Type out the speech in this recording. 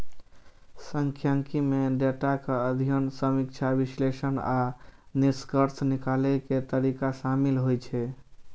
सांख्यिकी मे डेटाक अध्ययन, समीक्षा, विश्लेषण आ निष्कर्ष निकालै के तरीका शामिल होइ छै